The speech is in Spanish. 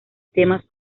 temas